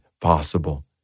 possible